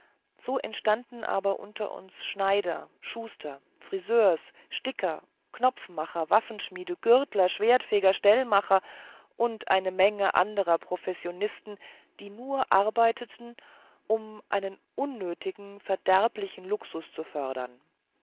so entstanden aber unter uns schneider schuster friseurs sticker knopfmacher waffenschmiede gürtler schwertfeger stellmacher und eine menge anderer professionisten die nur arbeiteten um einen unnötigen verderblichen luxus zu befördern